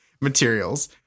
materials